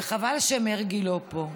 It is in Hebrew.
וחבל שמרגי לא פה.